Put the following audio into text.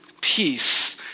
peace